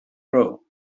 grow